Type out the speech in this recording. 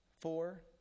Four